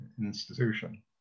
institution